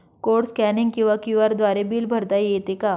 Code scanning किंवा Q R द्वारे bill भरता येते का?